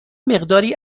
مقداری